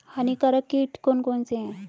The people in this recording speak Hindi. हानिकारक कीट कौन कौन से हैं?